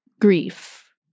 grief